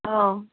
औ